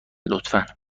لطفا